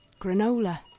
granola